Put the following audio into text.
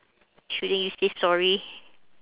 shouldn't you say sorry